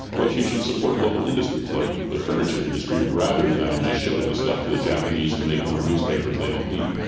but you should support local industries like the furniture industry rather than just shipping the stuff to the japanese to make more newspapers they don't need.